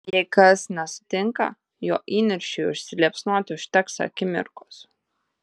jei kas nesutinka jo įniršiui užsiliepsnoti užteks akimirkos